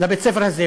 על בית-הספר הזה.